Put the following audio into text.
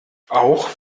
auch